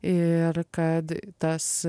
ir kad tas